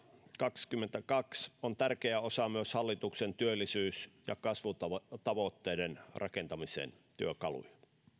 kaksikymmentäkaksi on tärkeä osa myös hallituksen työllisyys ja kasvutavoitteiden rakentamisen työkaluja